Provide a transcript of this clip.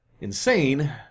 Insane